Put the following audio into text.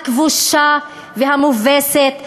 הכבושה והמובסת,